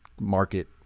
market